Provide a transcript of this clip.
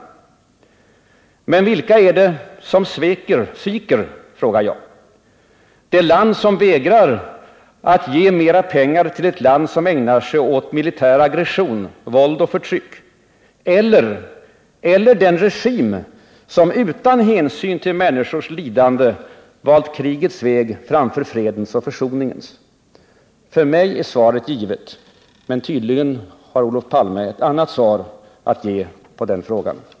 Men vilka är det som sviker? frågar jag. Är det ett land som vägrar att ge mera pengar till ett land som ägnar sig åt militär aggression, våld och förtryck? Eller är det den regim som utan hänsyn till människors lidande valt krigets väg framför fredens och försoningens? För mig är svaret givet, men tydligen har Olof Palme ett annat svar att ge på den frågan.